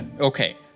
Okay